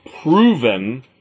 proven